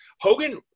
Hogan